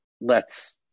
lets